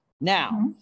Now